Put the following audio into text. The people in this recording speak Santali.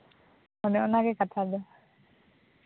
ᱚᱱᱮ ᱚᱱᱟᱜᱮ ᱠᱟᱛᱷᱟ ᱫᱚ